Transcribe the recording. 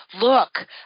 look